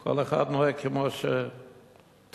כל אחד נוהג כמו, תודה.